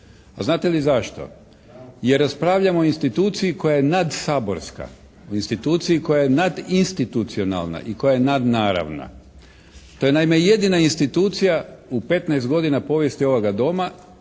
znate li zašto? Jer raspravljamo o instituciji koja je nadsaborska, instituciji koja je nadinstitucionalna i koja je nadnaravna. To je naime jedina institucija u 15 godina povijesti ovoga Doma